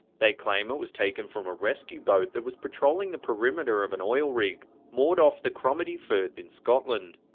they claim it was taken from a rescue boat that was patrolling the perimeter of an oil rig, moored off the cromarty firth in scotland.